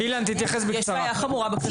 יש בעיה חמורה בקריטריונים.